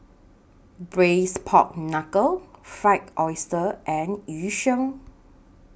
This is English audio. Braised Pork Knuckle Fried Oyster and Yu Sheng